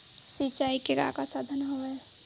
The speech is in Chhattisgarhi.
सिंचाई के का का साधन हवय?